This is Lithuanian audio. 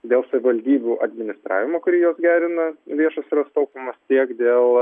dėl savivaldybių administravimo kurie juos gerina viešas yra taupymas tiek dėl